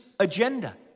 Agenda